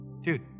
Dude